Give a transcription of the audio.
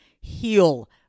heal